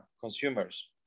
consumers